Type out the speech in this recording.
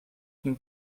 kim